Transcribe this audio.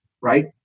right